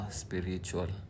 spiritual